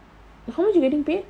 how much you getting paid